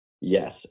yes